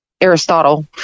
Aristotle